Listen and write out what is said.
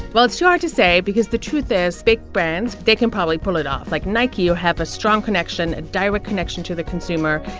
well, it's too hard to say because the truth is, big brands they can probably pull it off. like, nike you have a strong connection, a direct connection to the consumer.